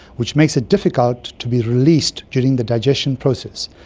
which makes it difficult to be released during the digestion process.